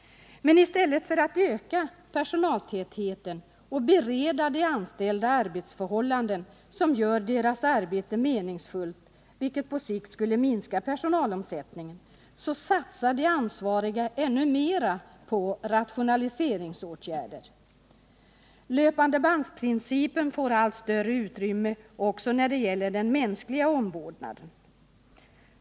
I stället för att öka personaltätheten och bereda de anställda arbetsförhållanden som gör deras arbete meningsfullt, vilket på sikt skulle minska personalomsättningen, satsar de ansvariga ännu mera på rationaliseringsåtgärder. Löpandebandsprincipen får allt större utrymme också när det gäller den mänskliga omvårdnaden.